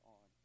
on